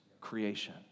creation